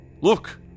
Look